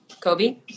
Kobe